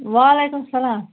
وعلیکُم سلام